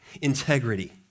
Integrity